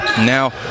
Now